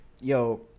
Yo